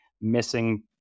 missing